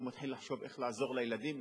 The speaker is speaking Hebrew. והוא מתחיל לחשוב איך לעזור לילדים,